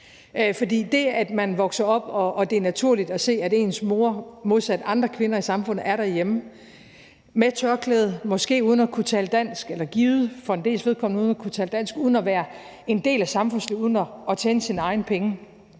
det, at man vokser op med, at det er naturligt at se ens mor, modsat andre kvinder i samfundet, være derhjemme og gå med tørklæde og måske ikke kunne tale dansk – eller givet for en dels vedkommende, at de ikke kan tale dansk – og ikke være en del af samfundslivet og ikke tjene sine egne penge,